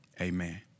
amen